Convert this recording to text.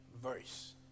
Verse